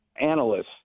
analysts